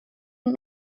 und